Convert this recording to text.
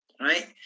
right